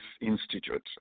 institute